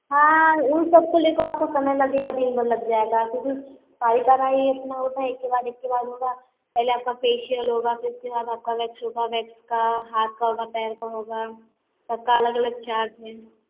हाँ उन सब को ले कर आपको समय लगेगा दिनभर लग जाएगा क्योंकि ही इतना होता है एक के बाद एक के बाद होगा पहले आपका फेशियल होगा फिर उसके बाद आपका वैक्स होगा वैक्स का हाथ का होगा पैर का होगा सबका अलग अलग चार्ज है